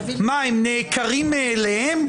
מה, הם נעקרים מאליהם?